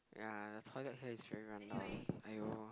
ya the toilet here is very rundown !aiyo!